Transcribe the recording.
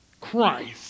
Christ